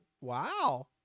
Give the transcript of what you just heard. wow